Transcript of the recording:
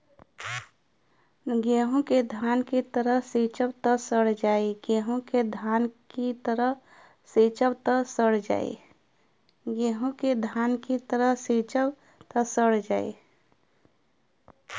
गेंहू के धान की तरह सींचब त सड़ जाई